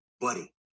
Buddy